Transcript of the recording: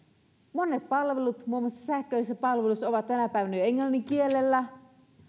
monet palvelut muun muassa sähköiset palvelut ovat tänä päivänä jo englannin kielellä